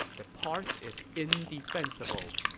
the park is indefensible.